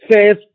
says